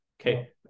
Okay